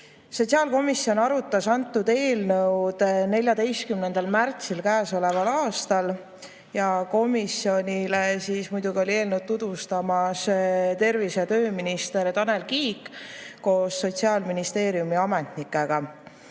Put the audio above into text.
Sotsiaalkomisjon arutas seda eelnõu 14. märtsil käesoleval aastal. Komisjonile oli muidugi tulnud eelnõu tutvustama tervise‑ ja tööminister Tanel Kiik koos Sotsiaalministeeriumi ametnikega.